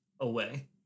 away